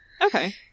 Okay